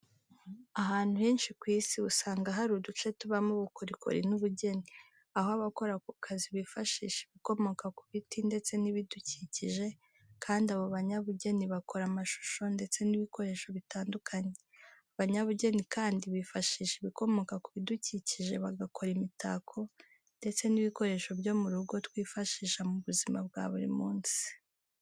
Ahantu henshi ku Isi usanga hari uduce tubamo ubukorikori n'ubugeni, aho abakora ako kazi bifashisha ibikomoka ku biti ndetse n'ibidukikije kandi abo banyabugeni bakora amashusho ndetse n'ibikoresho bitandukanye. Abanyabugeni kandi bifashisha ibikomoka ku bidukikije bagakora imitako ndetse n'ibikoresho byo mu rugo twifashisha mu buzima bwa buri munsi.